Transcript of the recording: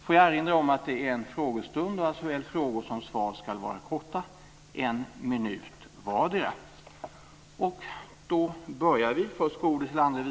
Får jag erinra om att det är en frågestund och att såväl frågor som svar ska vara korta - en minut vardera. Då börjar vi.